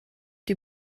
die